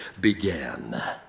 began